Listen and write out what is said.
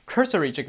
Cursory